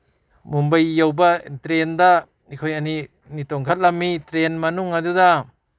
ꯃꯨꯝꯕꯩ ꯌꯧꯕ ꯇ꯭ꯔꯦꯟꯗ ꯑꯩꯈꯣꯏ ꯑꯅꯤ ꯇꯣꯡꯈꯠꯂꯝꯃꯤ ꯇ꯭ꯔꯦꯟ ꯃꯅꯨꯡ ꯑꯗꯨꯗ